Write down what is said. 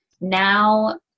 Now